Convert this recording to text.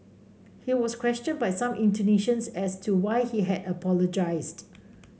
he was questioned by some Indonesians as to why he had apologized